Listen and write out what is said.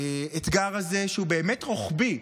כנגד האתגר הזה, שהוא באמת רוחבי.